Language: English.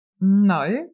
No